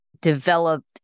developed